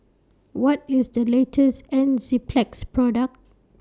What IS The latest Enzyplex Product